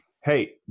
hey